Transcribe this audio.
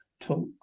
Talk